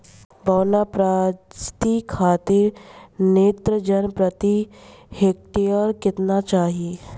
बौना प्रजाति खातिर नेत्रजन प्रति हेक्टेयर केतना चाही?